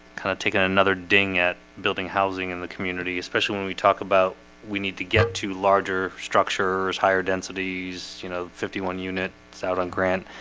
kind of taken another ding at building housing in the community especially when we talk about we need to get to larger structures higher densities, you know fifty one unit. it's out on grant